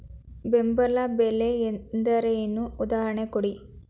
ಬೆಂಬಲ ಬೆಲೆ ಎಂದರೇನು, ಉದಾಹರಣೆ ಕೊಡಿ?